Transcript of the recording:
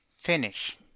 finish